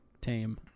tame